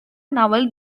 novel